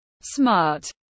Smart